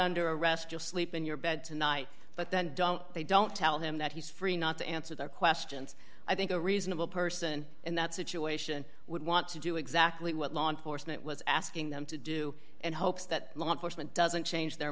under arrest you'll sleep in your bed tonight but then they don't tell him that he's free not to answer their questions i think a reasonable person in that situation would want to do exactly what law enforcement was asking them to do and hopes that law enforcement doesn't change their